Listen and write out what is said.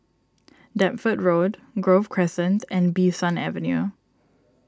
Deptford Road Grove Crescent and Bee San Avenue